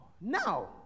Now